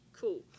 Cool